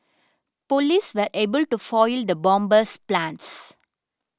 police were able to foil the bomber's plans